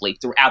throughout